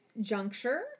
juncture